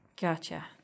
Gotcha